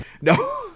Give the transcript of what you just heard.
no